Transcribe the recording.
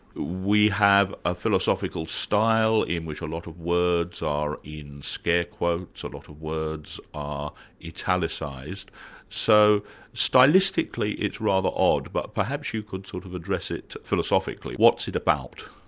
we have a philosophical style in which a lot of words are in scare quotes, a lot of words are italicised so stylistically it's rather odd. but perhaps you could sort of address it philosophically. what's it about?